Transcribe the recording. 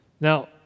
Now